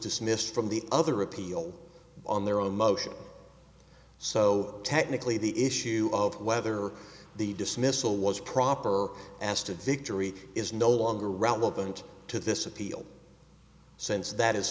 dismissed from the other appeal on their own motion so technically the issue of whether the dismissal was proper or asked of victory is no longer relevant to this appeal since that is